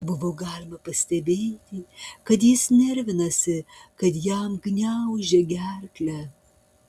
buvo galima pastebėti kad jis nervinasi kad jam gniaužia gerklę